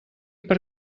per